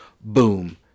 boom